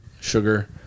sugar